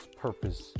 purpose